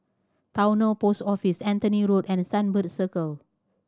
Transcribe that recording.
Towner Post Office Anthony Road and Sunbird Circle